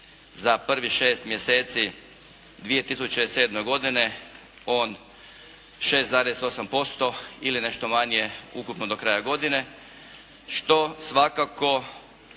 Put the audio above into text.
za prvih šest mjeseci 2007. godine on 6,8% ili nešto manje ukupno do kraja godine što svakako